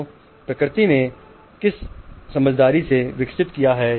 तो प्रकृति ने किस समझदारी से विकसित किया है